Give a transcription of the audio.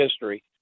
history